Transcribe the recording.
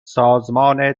سازمان